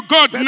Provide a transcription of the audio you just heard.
God